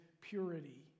purity